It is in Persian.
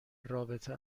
رابطه